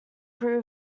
crew